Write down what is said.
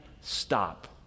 stop